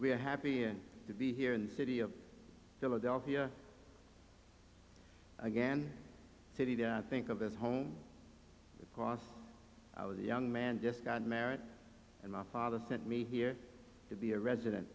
real happy and to be here in the city of philadelphia again city that i think of as home cos i was a young man just got married and my father sent me here to be a resident